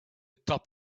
top